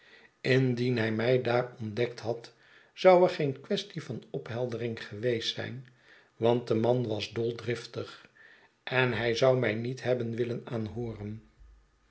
indien hij mij daar ontdekt had zou er geen kwestie van opheldering geweest zijn want de man was doldriftig en hij zou my niet hebben willen aanhooren